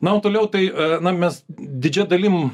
na o toliau tai na mes didžia dalim